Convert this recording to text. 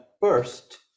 First